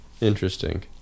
interesting